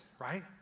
right